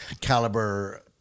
caliber